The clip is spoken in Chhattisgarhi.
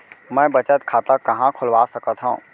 मै बचत खाता कहाँ खोलवा सकत हव?